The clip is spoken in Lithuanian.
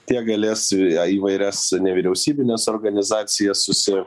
tie galės ją įvairias nevyriausybines organizacijas susi